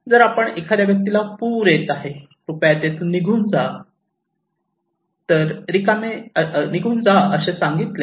जर आपण एखाद्या व्यक्तीला पूर येत आहे कृपया तेथून निघून जा असे सांगितले